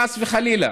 חס וחלילה.